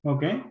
Okay